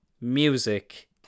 music